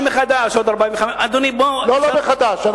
זה מחדש, ועוד 45, אדוני, בוא, לא מחדש.